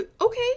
okay